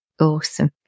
Awesome